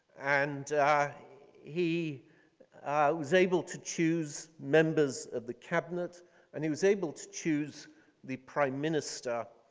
and he was able to choose members of the cabinet and he was able to choose the prime minister